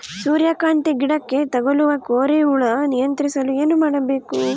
ಸೂರ್ಯಕಾಂತಿ ಗಿಡಕ್ಕೆ ತಗುಲುವ ಕೋರಿ ಹುಳು ನಿಯಂತ್ರಿಸಲು ಏನು ಮಾಡಬೇಕು?